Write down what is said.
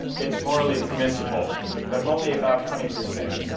it's morally permissible but only about twenty percent,